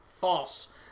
False